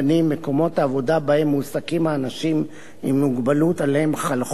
מקומות העבודה שבהם מועסקים אנשים עם מוגבלות שעליהם חל חוק זה